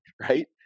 Right